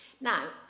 Now